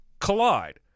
collide